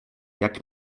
jak